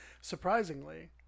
Surprisingly